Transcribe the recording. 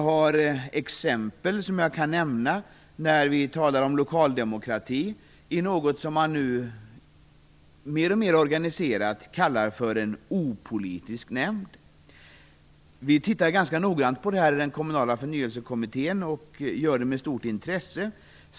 Vad gäller lokaldemokratin kan jag nämna exempel på något som man alltmer organiserat kallar för en opolitisk nämnd. Den Kommunala förnyelsekommittén har noggrant, och med stort intresse tittat på dessa nämnder.